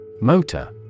Motor